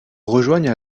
rejoignent